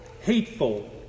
hateful